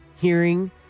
hearing